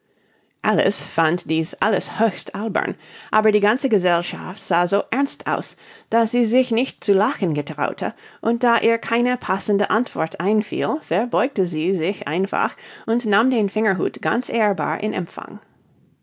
alice fand dies alles höchst albern aber die ganze gesellschaft sah so ernst aus daß sie sich nicht zu lachen getraute und da ihr keine passende antwort einfiel verbeugte sie sich einfach und nahm den fingerhut ganz ehrbar in empfang